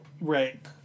Right